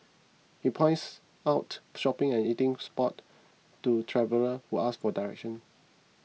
he points out shopping and eating spot to traveller who ask for directions